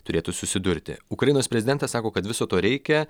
turėtų susidurti ukrainos prezidentas sako kad viso to reikia